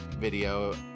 video